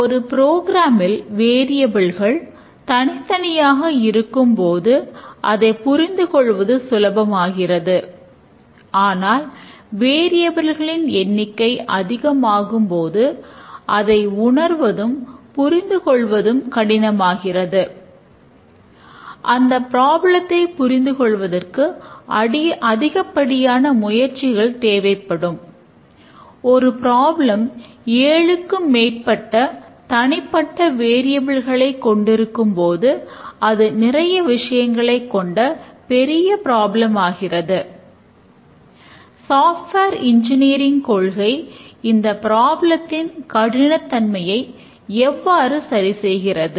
ஒரு ப்ரோக்ராமில் கடினத்தன்மையை எவ்வாறு சரி செய்கிறது